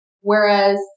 Whereas